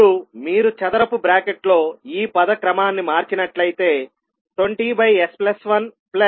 ఇప్పుడు మీరు చదరపు బ్రాకెట్లో ఈ పద క్రమాన్ని మార్చినట్లయితే 20s1 20s2అవుతుంది